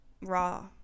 raw